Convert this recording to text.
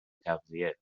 تغذیه